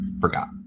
forgot